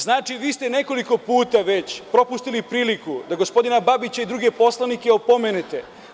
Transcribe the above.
Znači, vi ste nekoliko puta već propustili priliku da gospodina Babića i druge poslanike opomenete.